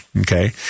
Okay